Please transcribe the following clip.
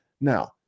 now